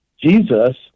Jesus